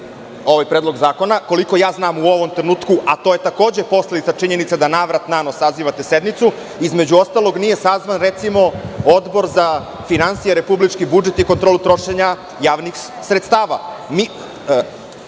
ovaj predlog zakona. Koliko znam u ovom trenutku, a to je takođe posledica činjenice da na vrat na nos sazivate sednicu, između ostalog, nije sazvan, recimo, Odbor za finansije, republički budžet i kontrolu trošenja javnih sredstava.U